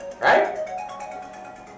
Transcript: Right